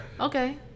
Okay